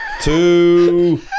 Two